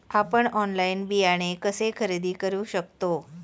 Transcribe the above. आपण ऑनलाइन बियाणे कसे खरेदी करू शकतो?